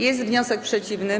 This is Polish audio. Jest wniosek przeciwny.